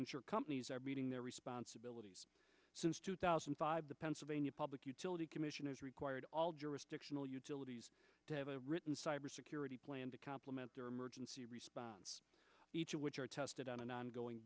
ensure companies are meeting their responsibilities since two thousand and five the pennsylvania public utility commission has required all jurisdictional utilities to have a written cybersecurity plan to compliment their emergency response each of which are tested on an ongoing